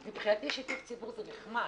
רק שלא ישתמע, מבחינתי שיתוף ציבור זה נחמד.